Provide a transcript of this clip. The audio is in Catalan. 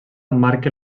marca